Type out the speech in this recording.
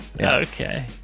okay